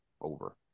over